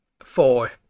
Four